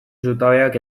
zutabeak